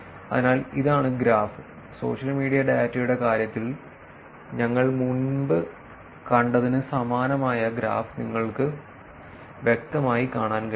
അതിനാൽ ഇതാണ് graph social media ഡാറ്റയുടെ കാര്യത്തിൽ ഞങ്ങൾ മുമ്പ് കണ്ടതിന് സമാനമായ ഗ്രാഫ് നിങ്ങൾക്ക് വ്യക്തമായി കാണാൻ കഴിയും